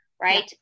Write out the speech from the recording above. Right